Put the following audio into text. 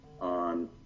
on